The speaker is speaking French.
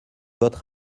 votre